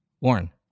Warren